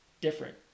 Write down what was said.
different